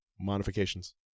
modifications